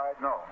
no